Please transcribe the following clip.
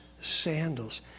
sandals